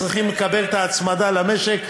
שצריכים לקבל את ההצמדה למשק.